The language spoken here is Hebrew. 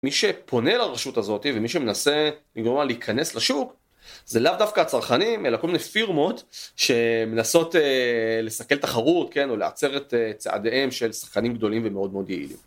מי שפונה לרשות הזאת, ומי שמנסה, לגרום לה להיכנס לשוק, זה לאו דווקא הצרכנים, אלא כל מיני פירמות, שמנסות לסכל תחרות, כן, או לעצר את צעדיהם של צרכנים גדולים ומאוד מאוד יעילים.